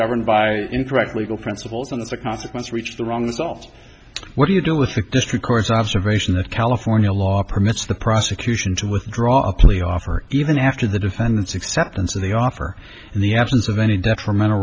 governed by incorrect legal principles and it's a consequence reached the wrong solved what do you do with the district court's observation that california law permits the prosecution to withdraw a plea offer even after the defendant's acceptance of the offer and the absence of any detrimental